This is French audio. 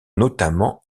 notamment